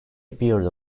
appeared